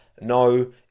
no